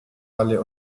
alle